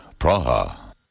Praha